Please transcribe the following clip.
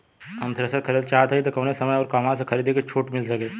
हम थ्रेसर खरीदल चाहत हइं त कवने समय अउर कहवा से खरीदी की कुछ छूट मिल सके?